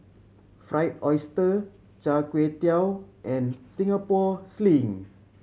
Fried Oyster Char Kway Teow and Singapore Sling